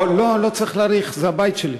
לא, לא צריך להעריך, זה הבית שלי.